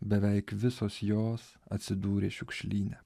beveik visos jos atsidūrė šiukšlyne